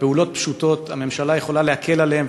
בפעולות פשוטות הממשלה יכולה להקל עליהם,